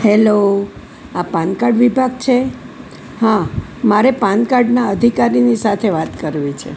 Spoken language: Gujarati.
હેલો આ પાન કાર્ડ વિભાગ છે હા મારે પાન કાર્ડના અધિકારીની સાથે વાત કરવી છે